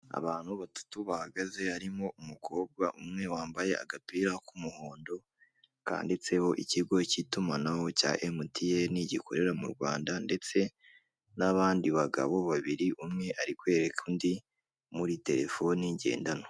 Abantu batatu bahagaze harimo umukobwa umwe wambaye agapira k'umuhondo kanditseho ikigo cy'itumanaho cya Emutiyene, gikorera mu Rwanda ndetse n'abandi bagabo babiri, umwe ari kwereka undi muri telefoni ngendanwa.